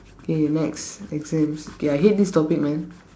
okay next exams okay I hate this topic man